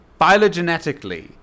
phylogenetically